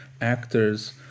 actors